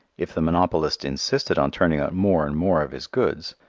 if the monopolist insisted on turning out more and more of his goods,